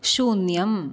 शून्यम्